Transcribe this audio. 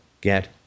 get